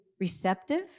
receptive